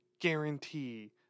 guarantee